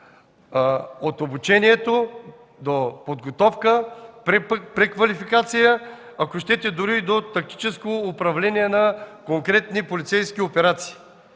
от обучението до подготовка, преквалификация, ако щете дори и до тактическо управление на конкретни полицейски операции.